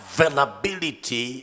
Availability